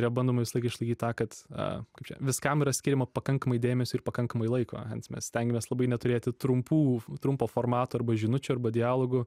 yra bandoma visąlaik išlaikyti tą kad a kaip čia viskam yra skiriama pakankamai dėmesio ir pakankamai laiko sme stengiamės labai neturėti trumpų trumpo formato arba žinučių arba dialogų